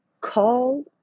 call